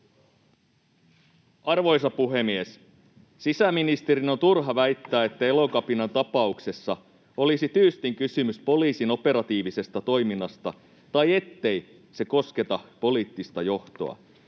Arvoisa puhemies! Sisäministerin on turha väittää, että Elokapinan tapauksessa olisi tyystin kysymys poliisin operatiivisesta toiminnasta tai ettei se kosketa poliittista johtoa.